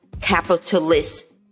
capitalist